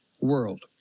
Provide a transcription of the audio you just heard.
world